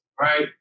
right